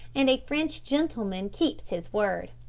and a french gentleman keeps his word.